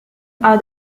are